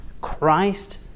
Christ